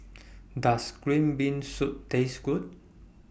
Does Green Bean Soup Taste Good